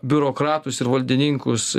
biurokratus ir valdininkus